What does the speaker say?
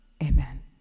Amen